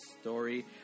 story